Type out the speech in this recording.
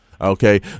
Okay